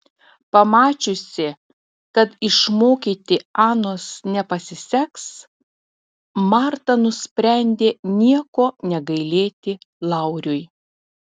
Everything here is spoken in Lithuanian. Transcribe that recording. pamačiusi kad išmokyti anos nepasiseks marta nusprendė nieko negailėti lauriui